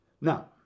now